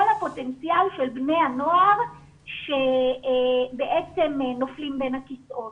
הפוטנציאל של בני הנוער שבעצם נופלים בין הכיסאות.